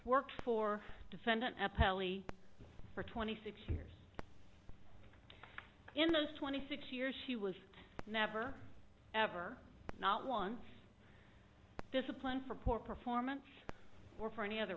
work for defendant appellee for twenty six years in those twenty six years she was never ever not once disciplined for poor performance or for any other